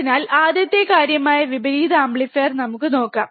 അതിനാൽ ആദ്യത്തെ കാര്യംആയ വിപരീത ആംപ്ലിഫയർ നമുക്ക് നോക്കാം